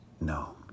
No